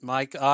Mike